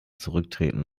zurücktreten